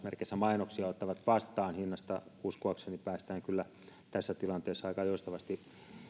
mainoksia ottavat vastaan hinnasta uskoakseni päästään kyllä tässä tilanteessa aika joustavasti